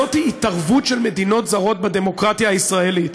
זוהי התערבות של מדינות זרות בדמוקרטיה הישראלית.